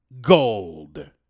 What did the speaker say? Gold